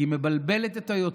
כי היא מבלבלת את היוצרות,